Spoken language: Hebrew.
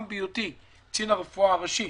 גם בהיותי קצין הרפואה הראשי